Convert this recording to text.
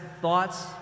thoughts